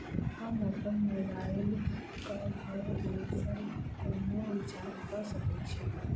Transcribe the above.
हम अप्पन मोबाइल कऽ घर बैसल कोना रिचार्ज कऽ सकय छी?